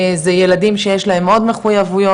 זה ילדים שיש להם עוד מחויבויות,